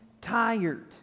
tired